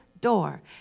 door